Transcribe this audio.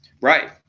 Right